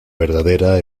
verdadera